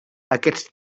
aquests